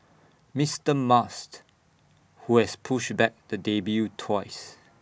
Mister must who has pushed back the debut twice